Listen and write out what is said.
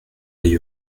pays